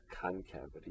concavity